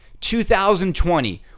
2020